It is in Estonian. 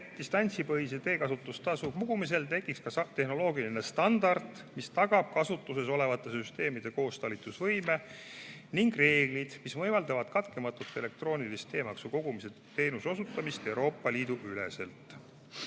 et distantsipõhise teekasutustasu kogumisel tekiks tehnoloogiline standard, mis tagab kasutuses olevate süsteemide koostalitlusvõime ning reeglid, mis võimaldavad katkematut elektroonilist teemaksu kogumise teenuse osutamist Euroopa Liidu üleselt.